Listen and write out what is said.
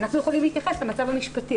אנחנו יכולים להתייחס למצב המשפטי.